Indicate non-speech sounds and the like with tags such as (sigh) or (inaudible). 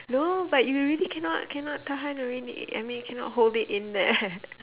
no but you really cannot cannot tahan already I mean cannot hold it in there (laughs)